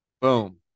boom